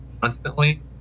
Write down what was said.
constantly